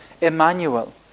Emmanuel